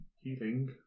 healing